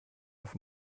auf